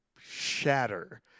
shatter